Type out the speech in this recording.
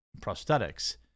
prosthetics